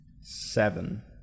seven